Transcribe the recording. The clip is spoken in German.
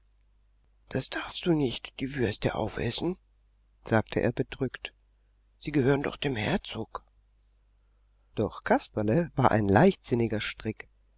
das darfst du nicht die würste aufessen sagte er bedrückt sie gehören doch dem herzog doch kasperle war ein leichtsinniger strick